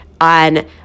on